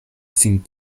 sin